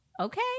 Okay